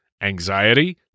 anxiety